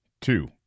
Two